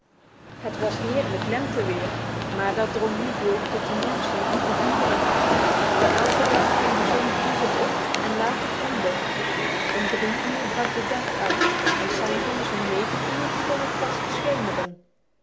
het was heerlijk lenteweer maar dat drong niet door tot de mensen of de dieren elke dag ging de zon vroeger op en later onder om drie uur brak de dag aan en s avonds om negen uur begon het pas te